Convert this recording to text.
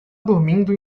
dormindo